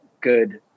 good